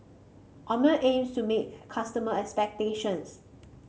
Omron aims to meet customer expectations